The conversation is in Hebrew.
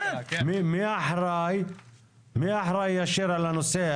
מי אחראי ישיר על הנושא?